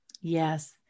Yes